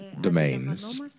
domains